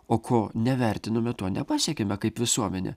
o ko nevertinome to nepasiekėme kaip visuomenė